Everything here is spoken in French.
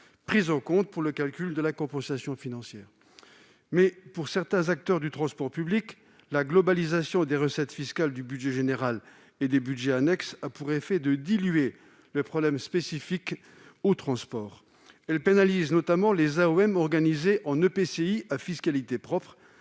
prises en compte pour le calcul de la compensation financière. Toutefois, pour certains acteurs du transport public, la globalisation des recettes fiscales du budget général et des budgets annexes a pour effet de diluer le problème spécifique aux transports. Elle pénalise notamment les AOM organisées en EPCI à fiscalité propre,